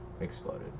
exploded